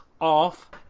off